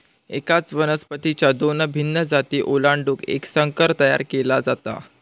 एकाच वनस्पतीच्या दोन भिन्न जाती ओलांडून एक संकर तयार केला जातो